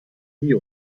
nie